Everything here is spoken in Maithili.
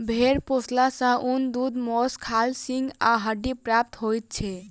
भेंड़ पोसला सॅ ऊन, दूध, मौंस, खाल, सींग आ हड्डी प्राप्त होइत छै